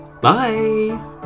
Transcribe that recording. Bye